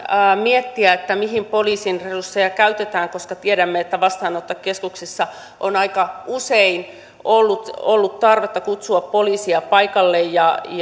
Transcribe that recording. miettiä mihin poliisin resursseja käytetään koska tiedämme että vastaanottokeskuksissa on aika usein ollut ollut tarvetta kutsua poliisia paikalle ja